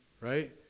right